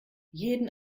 jeden